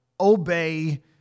obey